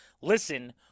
Listen